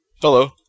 Hello